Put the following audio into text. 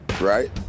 right